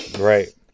Right